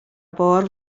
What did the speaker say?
بار